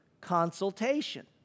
consultation